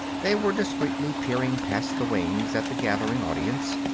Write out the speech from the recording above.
they were discreetly peering past the wings at the gathering audience.